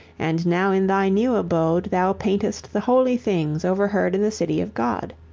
and now in thy new abode thou paintest the holy things overhead in the city of god.